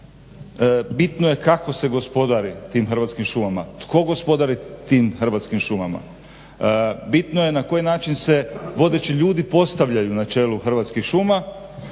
Bitno je kako se gospodari tim Hrvatskim šumama, tko gospodari tim Hrvatskim šumama. Bitno je na koji način se vodeći ljudi postavljaju na čelu Hrvatskih šuma